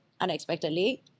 unexpectedly